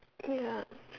ya